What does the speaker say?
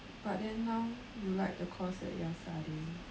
but then now you like the course that you are studying